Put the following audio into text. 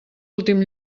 últim